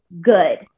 good